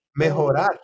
mejorar